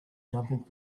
jumping